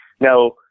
Now